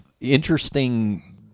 interesting